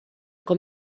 com